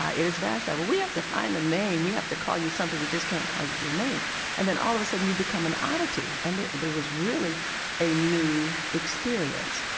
ah it is vashti well, we have to find a name. we have to call you something we just can't call you your name and then all of sudden you've become an oddity, and it was really a new experience.